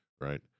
right